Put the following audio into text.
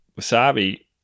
Wasabi